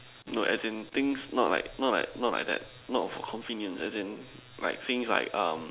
no as in things not like not like not like that not for convenient as in like things like um